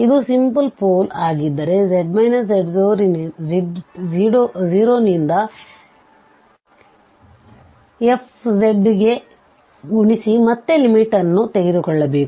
ಇದು simple pole ಆಗಿದ್ದರೆ z z0ನಿಂದ fಗೆ ಗುಣಿಸಿ ಮತ್ತೆ ಲಿಮಿಟ್ ನ್ನು ತೆಗೆದುಕೊಳ್ಳಬೇಕು